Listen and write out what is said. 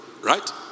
right